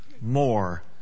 more